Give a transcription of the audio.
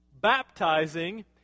baptizing